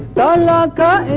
da um da da